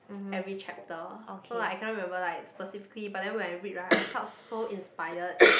every chapter so like I can't remember like specifically but then when I read right I found so inspired